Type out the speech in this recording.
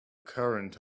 current